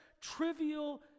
trivial